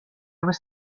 was